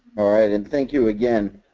all right and thank you again.